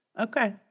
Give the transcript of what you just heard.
Okay